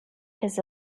his